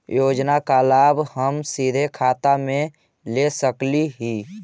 योजना का लाभ का हम सीधे खाता में ले सकली ही?